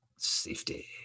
Safety